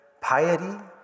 piety